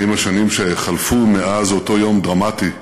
40 השנים שחלפו מאז אותו יום דרמטי,